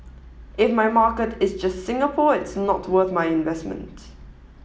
if my market is just Singapore it's not worth my investment